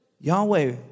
Yahweh